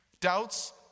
Doubts